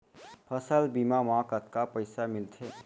फसल बीमा म कतका पइसा मिलथे?